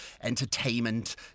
entertainment